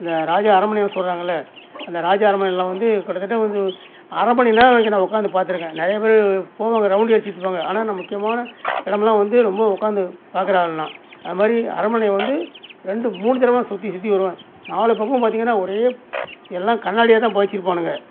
இந்த ராஜா அரண்மனைனு சொல்றாங்கள்லை அந்த ராஜா அரண்மணையிலெலாம் வந்து கிட்டத்தட்ட வந்து அரை மணி நேரம் வரைக்கும் நான் உக்கார்ந்து பார்த்துருக்கேன் நிறைய பேர் போவாங்க ரௌண்டு அடிச்சுட்ருப்பாங்க ஆனால் நான் முக்கியமான இடமெல்லாம் வந்து ரொம்ப உக்கார்ந்து பார்க்கற ஆள் நான் அது மாதிரி அரண்மனையை வந்து ரெண்டு மூணு தடவை சுற்றி சுற்றி வருவேன் நாலு பக்கமும் பார்த்தீங்கன்னா ஒரே எல்லாம் கண்ணாடியாக தான் புதச்சிருப்பானுங்க